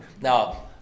now